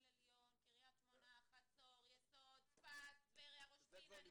עליון-קריית שמונה-חצור-יסוד-צפת-טבריה-ראש פינה.